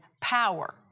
power